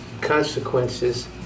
consequences